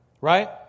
Right